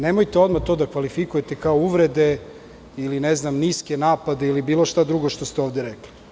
Nemojte odmah to da kvalifikujete kao uvrede ili niske napade ili bilo šta drugo što ste ovde rekli.